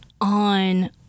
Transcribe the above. on